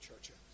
churches